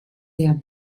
der